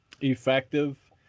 effective